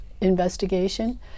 investigation